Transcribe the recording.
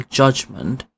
judgment